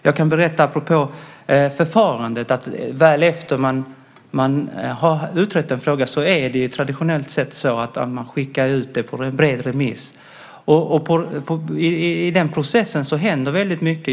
Jag kan berätta apropå förfarandet att efter att man väl har utrett en fråga är det traditionellt sett så att man skickar ut det på bred remiss, och i den processen händer väldigt mycket.